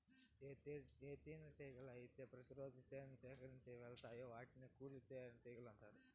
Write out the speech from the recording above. ఏ తేనెటీగలు అయితే ప్రతి రోజు తేనె సేకరించేకి వెలతాయో వాటిని కూలి తేనెటీగలు అంటారు